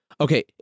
Okay